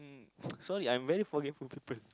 sorry I'm very forgetful people